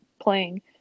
playing